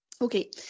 Okay